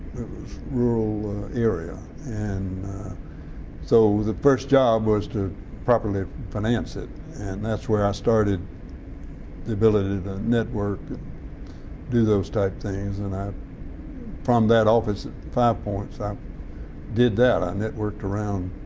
was rural area. and so the first job was to properly finance it and that's where i started the ability to network and do those type things, and from that office at five points i did that. i networked around